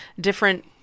different